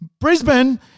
brisbane